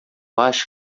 acho